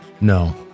No